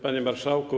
Panie Marszałku!